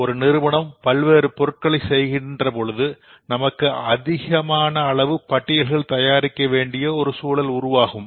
ஒரு நிறுவனம் பல்வேறு பொருள்களை செய்கின்ற போது நமக்கு அதிகமான அளவு பட்டியல்களை தயாரிக்க வேண்டிய சூழல் வரும்